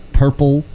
purple